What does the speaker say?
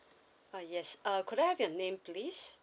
uh yes uh could I have your name please